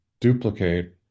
duplicate